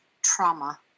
trauma